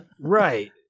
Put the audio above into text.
right